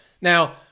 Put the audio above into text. Now